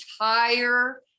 entire